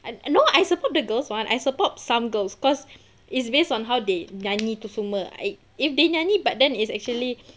no I support the girls one I support some girls cause it's based on how they nyanyi tu semua I if they nyanyi but then actually